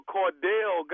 Cordell